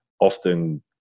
often